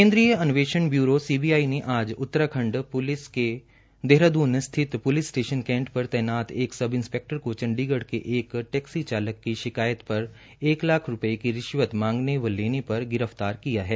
केन्द्रीय अन्वेषण ब्यूरों सीबीआई ने आज उत्तराखंड प्लिस के देहराद्न स्थित पूलिस स्टेशन कैंट पर तैनात एक सब इंस्पेक्टर को चंडीगढ़ के एक टैक्सी चालक की शिकायत पर एक लाख रूपये की मांगने व लेने पर गिरफ्तार किया गया है